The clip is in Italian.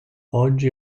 oggi